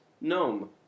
gnome